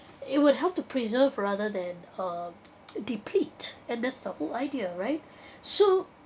it would help to preserve rather than um deplete and that's the whole idea right so